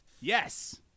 yes